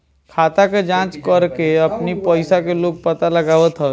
खाता के जाँच करके अपनी पईसा के लोग पता लगावत हवे